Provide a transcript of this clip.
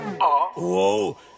Whoa